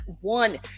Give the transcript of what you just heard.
one